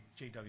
JW